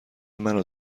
منو